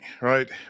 right